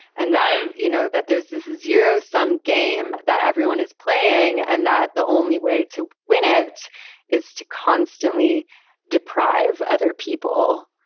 and i you know, that there's this zero sum game that everyone is playing and that the only way to win it is to constantly deprive other people,